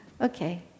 Okay